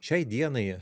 šiai dienai